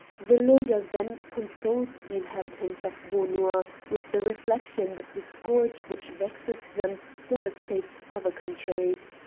the lawyer then consoles the inhabitants of beaunois with the reflection that the scourge which vexes them devastates other countries.